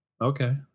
Okay